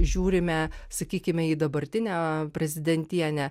žiūrime sakykime į dabartinę prezidentienę